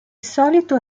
solito